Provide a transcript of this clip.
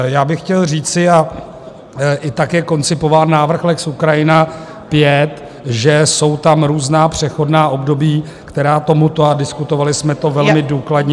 Já bych chtěl říci, a i tak je koncipován návrh lex Ukrajina V, že jsou tam různá přechodná období, která tomuto, a diskutovali jsme to velmi důkladně...